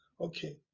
okay